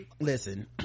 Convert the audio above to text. Listen